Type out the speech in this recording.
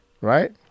right